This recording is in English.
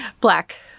Black